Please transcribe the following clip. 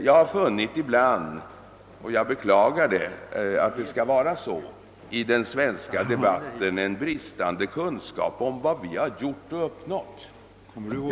Jag har ibland i den svenska debatten beklagligtvis funnit en bristande kunskap om vad vi har gjort och vilka resultat vi uppnått.